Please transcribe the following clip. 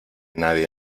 nadie